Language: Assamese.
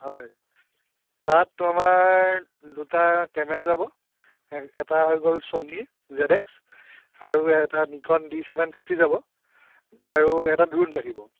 হয় তাত তোমাৰ দুটা কেমেৰা যাব এটা হৈ গ'ল ছ'নীৰ জেদ এক্স আৰু এটা নিকন ডি চেভেন ফিফটী যাব আৰু এটা দ্ৰোণ থাকিব